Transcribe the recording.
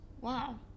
Wow